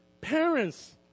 Parents